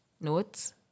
notes